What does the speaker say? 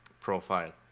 profile